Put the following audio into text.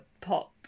pop